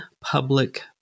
public